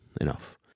enough